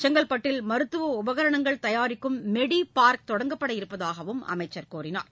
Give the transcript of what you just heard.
செங்கல்பட்டில் மருத்துவ உபகரணங்கள் தயாரிக்கும் மெடி பார்க் தொடங்கப்பட இருப்பதாகவும் அவர் கூறினார்